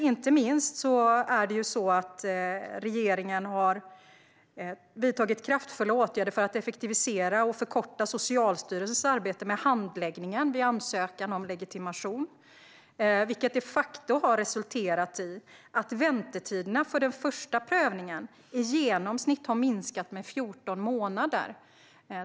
Inte minst har regeringen vidtagit kraftfulla åtgärder för att effektivisera och förkorta Socialstyrelsens arbete med handläggningen vid ansökan om legitimation, vilket de facto har resulterat i att väntetiderna för den första prövningen i genomsnitt har minskat med 14 månader.